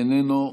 איננו.